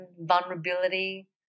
vulnerability